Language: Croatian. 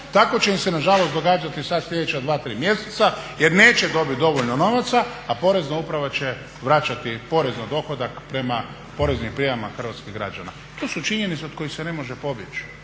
tako će im se nažalost događati sada sljedeća 2, 3 mjeseca jer neće dobiti dovoljno novaca a porezna uprava će vraćati porez na dohodak prema poreznim prijavama hrvatskih građana. I to su činjenice od kojih se ne može pobjeći.